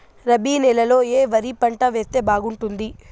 రబి నెలలో ఏ వరి పంట వేస్తే బాగుంటుంది